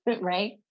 Right